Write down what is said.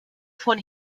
von